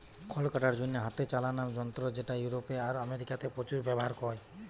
খড় কাটার জন্যে হাতে চালানা যন্ত্র যেটা ইউরোপে আর আমেরিকাতে প্রচুর ব্যাভার হয়